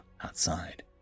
outside